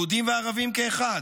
יהודים וערבים כאחד,